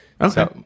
Okay